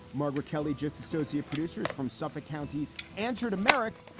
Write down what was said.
margaret kelly, just associate producers from suffolk county's, answered americ.